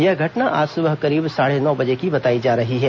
यह घटना आज सुबह करीब साढ़े नौ बजे की बताई जा रही है